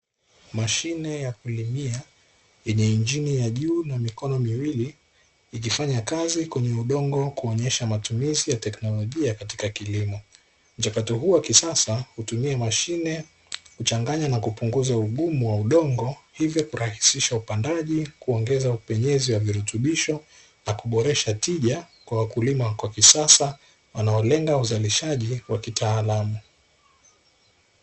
Mashine ya kulimia yenye injini na juu na mikono miwili ikifanya kazi kwenye udongo kuonyesha matumizi ya teknolojia katika kilimo, mchakato huu wa kisasa hutumia mashine kuchanganya na kupunguza ugumu wa udongo hivyo kurahisisha upandaji, kurahisisha upenyezi wa virutubisho na kuboresha tija kwa wakulima wa kisasa wanaolenga uzalishaji wa kitaalamu.